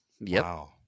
wow